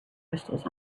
crystals